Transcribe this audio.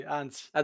anzi